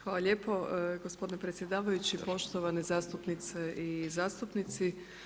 Hvala lijepo gospodine predsjedavajući, poštovane zastupnice i zastupnici.